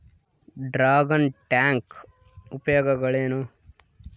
Dragon tank ಉಪಯೋಗಗಳೇನು?